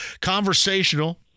conversational